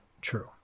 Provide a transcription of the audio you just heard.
true